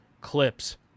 clips